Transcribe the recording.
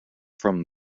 from